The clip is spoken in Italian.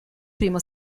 primo